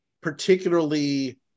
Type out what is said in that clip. particularly